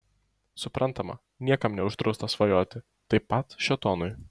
suprantama niekam neuždrausta svajoti taip pat šėtonui